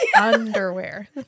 Underwear